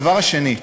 הדבר השני: